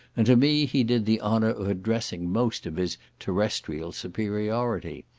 and to me he did the honour of addressing most of his terrestrial superiority.